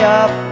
up